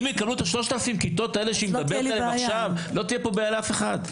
אם יקבלו את 3,000 הכיתות שהיא מדברת עליהן עכשיו לא תהיה בעיה לאף אחד.